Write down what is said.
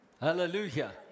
Hallelujah